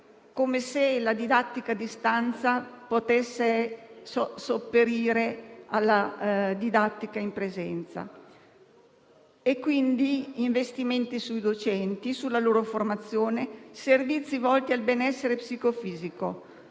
come se quella a distanza potesse sopperire alla didattica in presenza, e quindi investimenti sui docenti e sulla loro formazione e servizi volti al benessere psicofisico.